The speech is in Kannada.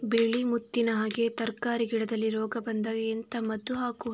ಬಿಳಿ ಮುತ್ತಿನ ಹಾಗೆ ತರ್ಕಾರಿ ಗಿಡದಲ್ಲಿ ರೋಗ ಬಂದಾಗ ಎಂತ ಮದ್ದು ಹಾಕುವುದು?